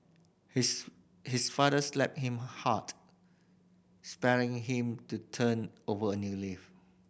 his his father slapped him hard spurring him to turn over a new leaf